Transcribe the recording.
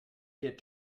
kit